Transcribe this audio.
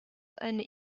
eine